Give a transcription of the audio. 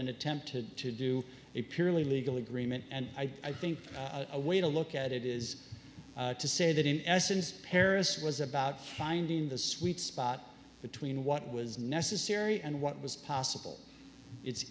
an attempt to to do a purely legal agreement and i think a way to look at it is to say that in essence paris was about finding the sweet spot between what was necessary and what was possible it's